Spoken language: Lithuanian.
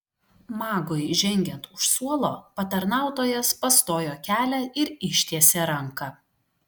magui žengiant už suolo patarnautojas pastojo kelią ir ištiesė ranką